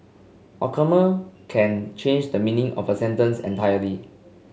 a comma can change the meaning of a sentence entirely